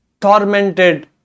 tormented